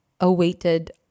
awaited